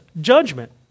judgment